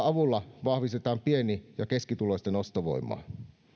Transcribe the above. avulla vahvistetaan pieni ja keskituloisten ostovoimaa